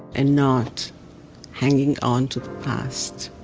and not hanging on to the past,